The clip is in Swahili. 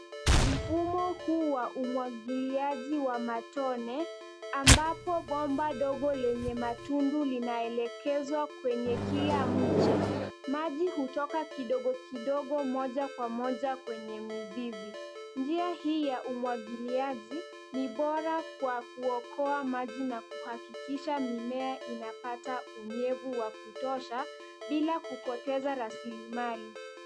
Mfumo huu wa umwagiliaji wa matone ambapo bomba dogo lenye matundu linaelekezwa kwenye kila mche, maji hutoka kidogo kidogo moja kwa moja kwenye mizizi. Njia hii ya umwagiliaji ni bora kwa kuokoa maji na kuhakikisha mimea inapata unyevu wa kutosha bila kupoteza rasilimali.